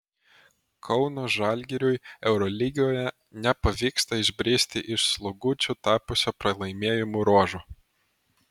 kauno žalgiriui eurolygoje nepavyksta išbristi iš slogučiu tapusio pralaimėjimų ruožo